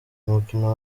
umukino